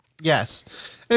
Yes